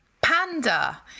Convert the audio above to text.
panda